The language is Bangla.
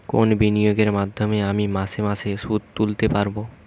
কোন বিনিয়োগের মাধ্যমে আমি মাসে মাসে সুদ তুলতে পারবো?